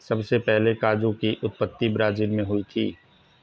सबसे पहले काजू की उत्पत्ति ब्राज़ील मैं हुई थी